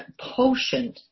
potion